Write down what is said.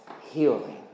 healing